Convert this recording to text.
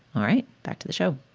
all right. back to the show